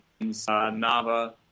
Nava –